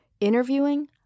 interviewing